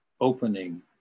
opening